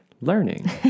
learning